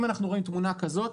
אם אנחנו רואים תמונה כזאת,